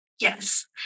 Yes